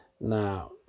Now